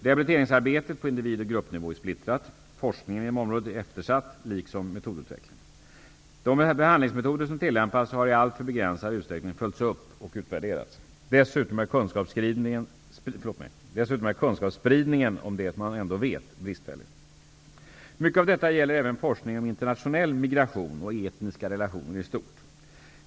Rehabiliteringsarbetet på individ och gruppnivå är splittrat. Forskningen inom området är eftersatt liksom metodutvecklingen. De behandlingsmetoder som tillämpas har i alltför begränsad utsträckning följts upp och utvärderats. Dessutom är kunskapsspridningen om det man ändå vet bristfällig. Mycket av detta gäller även forskning om internationell migration och etniska relationer i stort.